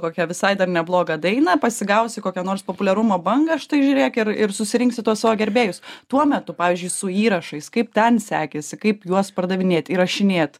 kokia visai dar nebloga daina pasigausi kokią nors populiarumo bangą štai žiūrėk ir ir susirinksi tuos savo gerbėjus tuo metu pavyzdžiui su įrašais kaip ten sekėsi kaip juos pardavinėt įrašinėt